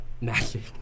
Magic